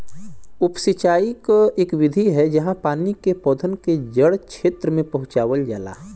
उप सिंचाई क इक विधि है जहाँ पानी के पौधन के जड़ क्षेत्र में पहुंचावल जाला